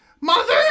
Mother